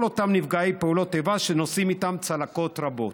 אותם נפגעי פעולות איבה שנושאים איתם צלקות רבות.